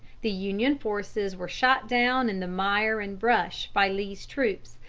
the union forces were shot down in the mire and brush by lee's troops,